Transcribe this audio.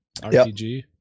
RPG